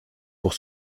pour